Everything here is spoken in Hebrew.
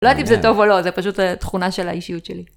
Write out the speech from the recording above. לא אגיד אם זה טוב או לא, זה פשוט תכונה של האישיות שלי.